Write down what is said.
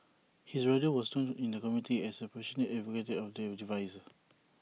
his brother was known in the community as A passionate advocate of the devices